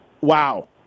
wow